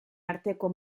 arteko